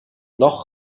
noch